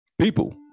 People